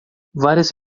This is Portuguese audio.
várias